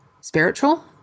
spiritual